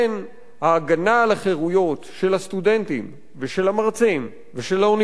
ההגנה על החירויות של הסטודנטים ושל המרצים ושל האוניברסיטאות